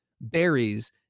berries